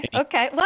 okay